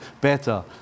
better